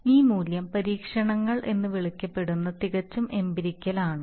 ഈ മൂല്യം പരീക്ഷണങ്ങൾ എന്ന് വിളിക്കപ്പെടുന്ന തികച്ചും എമ്പിറികൽ ആണ്